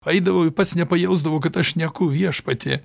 eidavau ir pats nepajusdavau kad aš šneku viešpatie